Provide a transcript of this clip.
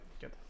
Good